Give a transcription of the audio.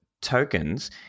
tokens